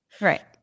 Right